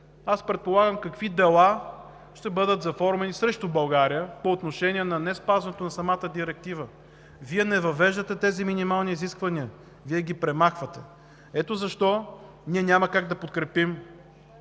аз предполагам какви дела ще бъдат заформени срещу България по отношение на неспазването на самата директива. Вие не въвеждате тези минимални изисквания, Вие ги премахвате. Ето защо, ние няма как да подкрепим